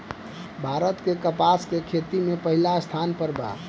भारत के कपास के खेती में पहिला स्थान पर बा